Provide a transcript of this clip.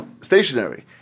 stationary